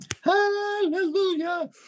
Hallelujah